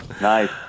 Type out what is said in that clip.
Nice